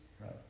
Right